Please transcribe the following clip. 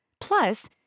Plus